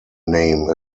name